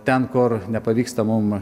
ten kur nepavyksta mum